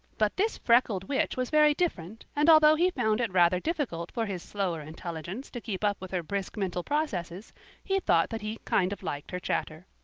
but this freckled witch was very different, and although he found it rather difficult for his slower intelligence to keep up with her brisk mental processes he thought that he kind of liked her chatter.